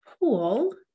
pool